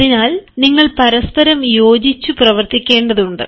അതിനാൽ നിങ്ങൾ പരസ്പരം യോജിച്ചു പ്രവർത്തിക്കേണ്ടതുണ്ട്